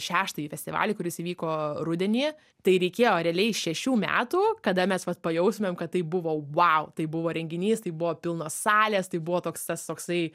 šeštąjį festivalį kuris įvyko rudenį tai reikėjo realiai šešių metų kada mes pajaustumėm kad tai buvo vau tai buvo renginys tai buvo pilnos salės tai buvo toks tas toksai